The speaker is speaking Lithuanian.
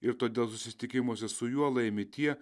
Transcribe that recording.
ir todėl susitikimuose su juo laimi tie